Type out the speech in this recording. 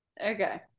okay